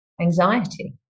anxiety